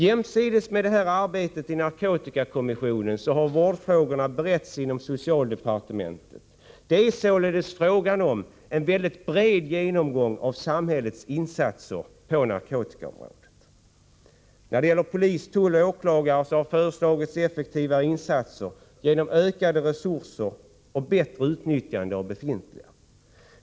Jämsides med arbetet i narkotikakommissionen har vårdfrågorna beretts inom socialdepartementet. Det är således fråga om en bred genomgång av samhällets insatser på narkotikaområdet. När det gäller polis, tull och åklagare har det föreslagits effektivare insatser genom dels ökade resurser, dels bättre utnyttjande av befintliga sådana.